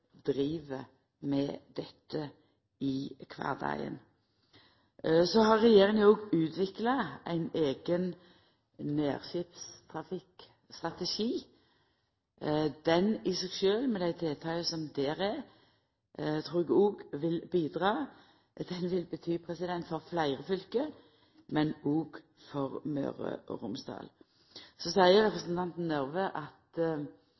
driv med dette i kvardagen. Regjeringa har utvikla ein eigen nærskipstrafikkstrategi. Den strategien i seg sjølv, med dei tiltaka som er der, trur eg òg vil bidra og ha betydning for fleire fylke, òg for Møre og Romsdal. Representanten Røbekk Nørve seier at